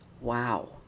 Wow